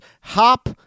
hop